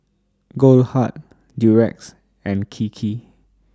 Goldheart Durex and Kiki